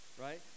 Right